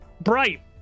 bright